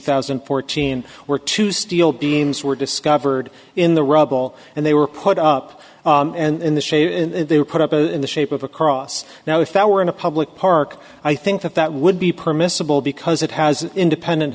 thousand and fourteen were two steel beams were discovered in the rubble and they were put up and in the shape they were put up a in the shape of a cross now if that were in a public park i think that that would be permissible because it has an independent